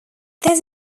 this